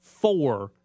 four